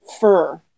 fur